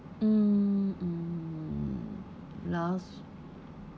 mm mm last